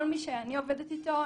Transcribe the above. כל מי שאני עובדת אתו,